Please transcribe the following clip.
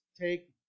take